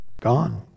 gone